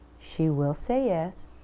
she will say yes,